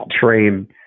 train